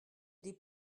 des